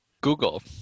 Google